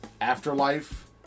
afterlife